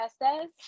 estes